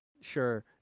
sure